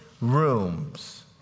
rooms